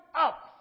up